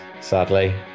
sadly